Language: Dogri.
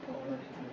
ते